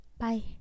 Bye